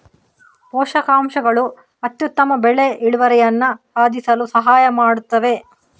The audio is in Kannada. ಪೋಷಕಾಂಶಗಳು ಅತ್ಯುತ್ತಮ ಬೆಳೆ ಇಳುವರಿಯನ್ನು ಸಾಧಿಸಲು ಸಹಾಯ ಮಾಡುತ್ತದೆ